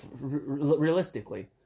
Realistically